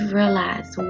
realize